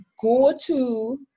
go-to